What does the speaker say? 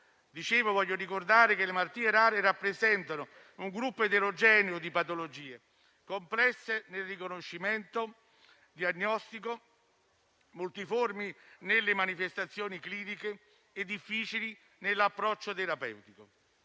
relativo. Voglio ricordare che le malattie rare rappresentano un gruppo eterogeneo di patologie complesse nel riconoscimento diagnostico, multiformi nelle manifestazioni cliniche e difficili nell'approccio terapeutico.